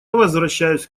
возвращаюсь